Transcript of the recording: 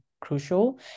crucial